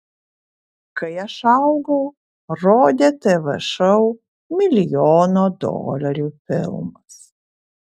kai aš augau rodė tv šou milijono dolerių filmas